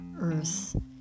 earth